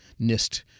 NIST